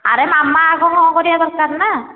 ଆରେ ମାମା ଆଗ ହଁ କରିବା ଦରକାର ନା